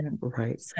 Right